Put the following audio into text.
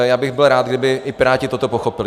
Já bych byl rád, kdyby i piráti toto pochopili.